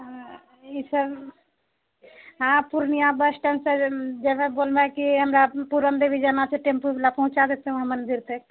ई सब हँ पूर्णिया बसस्टैण्ड सँ जऽ जेबए बोलबै कि हमरा पुरनदेवी जाना छै टेम्पूवला पहुँचा देतए वहाँ मन्दिर तक